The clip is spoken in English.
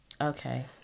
Okay